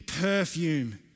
perfume